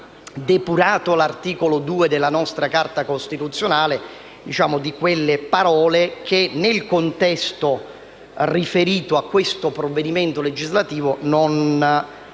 depurato l'articolo 2 della nostra Carta costituzionale delle parole che, nel contesto riferito a questo provvedimento legislativo, non